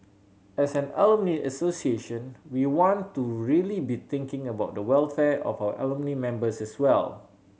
as an alumni association we want to really be thinking about the welfare of our alumni members as well